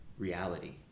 reality